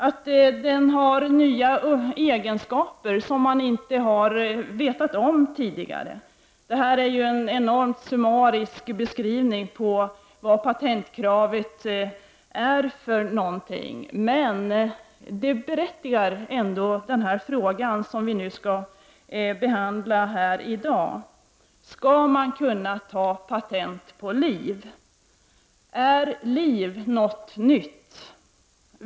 Den skall ha nya egenskaper som man inte har känt till tidigare. Detta är en enormt summarisk beskrivning på vad patentkravet är för något. Men den berättigar frågan som vi skall behandla i dag. Skall man kunna ta patent på liv? Är liv något nytt?